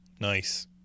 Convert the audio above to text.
Nice